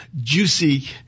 juicy